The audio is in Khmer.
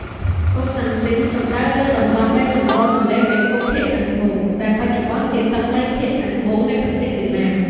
កូសាំងស៊ីន សំដៅលើតំបន់ដីសណ្ដទន្លេមេគង្គភាគខាងត្បូង ដែលបច្ចុប្បន្នជាទឹកដីភាគខាងត្បូងនៃប្រទេសវៀតណាម។